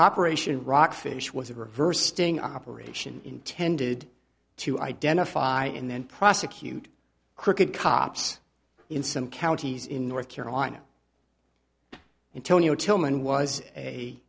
operation rockfish was a reverse sting operation intended to identify and then prosecute crooked cops in some counties in north carolina and tonio tillman was a